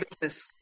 business